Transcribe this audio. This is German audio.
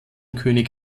könig